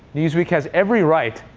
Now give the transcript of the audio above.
newsweek has every right.